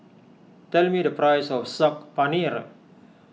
tell me the price of Saag Paneer